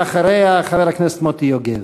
ואחריה, חבר הכנסת מוטי יוגב.